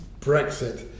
Brexit